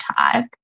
type